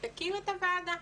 תקים את הוועדה.